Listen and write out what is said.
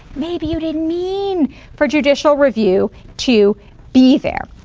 maybe you didn't mean for judicial review to be there.